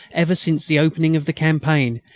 ever since the opening of the campaign,